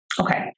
Okay